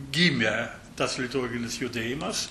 gimė tas liturginis judėjimas